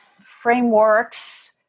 frameworks